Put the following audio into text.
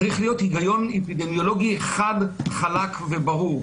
צריך להיות היגיון אפידמיולוגי אחד חלק וברור.